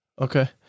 Okay